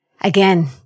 Again